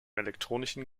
elektronischen